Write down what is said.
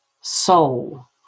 soul